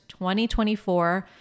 2024